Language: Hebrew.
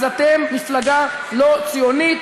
אז אתם מפלגה לא ציונית,